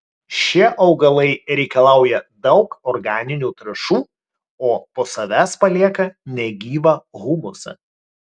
šie augalai reikalauja daug organinių trąšų o po savęs palieka negyvą humusą